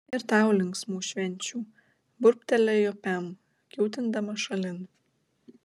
ir tau linksmų švenčių burbtelėjo pem kiūtindama šalin